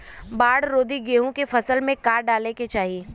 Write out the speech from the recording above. बाढ़ रोधी गेहूँ के फसल में का डाले के चाही?